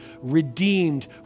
redeemed